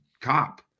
cop